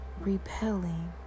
repelling